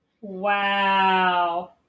Wow